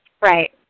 Right